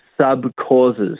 sub-causes